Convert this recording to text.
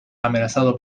amenazado